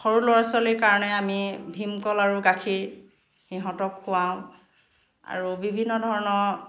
সৰু ল'ৰা ছোৱালীৰ কাৰণে আমি ভীমকল আৰু গাখীৰ সিহঁতক খোৱাওঁ আৰু বিভিন্ন ধৰণৰ